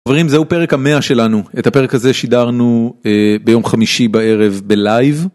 חברים זהו הפרק המאה שלנו את הפרק הזה שידרנו ביום חמישי בערב בלייב.